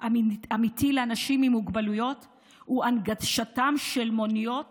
אמיתי לאנשים עם מוגבלויות הוא הנגשתם של מוניות